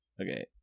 Okay